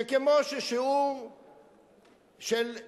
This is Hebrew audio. שכמו ששיעור התעמלות,